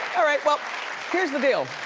all right, well here's the deal.